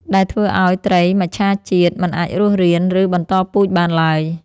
ដែលធ្វើឱ្យត្រីធម្មជាតិមិនអាចរស់រាន ឬបន្តពូជបានឡើយ។